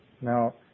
Now